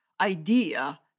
idea